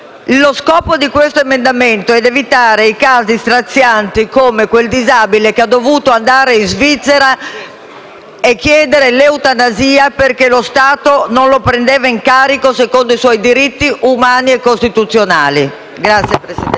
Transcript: Lo scopo di questo emendamento è evitare casi strazianti come quello del disabile che è dovuto andare in Svizzera a chiedere l'eutanasia perché lo Stato non lo prendeva in carico secondo i suoi diritti umani e costituzionali.